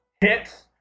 hits